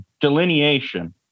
delineation